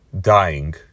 dying